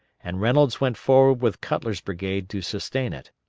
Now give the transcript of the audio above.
and reynolds went forward with cutler's brigade to sustain it.